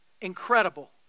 incredible